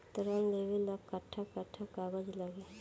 ऋण लेवेला कट्ठा कट्ठा कागज लागी?